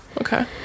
Okay